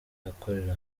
akorera